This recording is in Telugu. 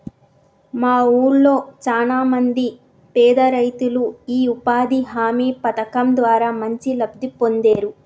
మా వూళ్ళో చానా మంది పేదరైతులు యీ ఉపాధి హామీ పథకం ద్వారా మంచి లబ్ధి పొందేరు